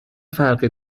فرقی